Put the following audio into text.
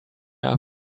are